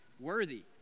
worthy